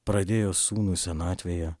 pradėjo sūnų senatvėje